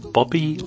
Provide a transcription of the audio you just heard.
Bobby